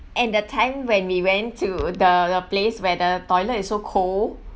and that time when we went to the the place where the toilet is so cold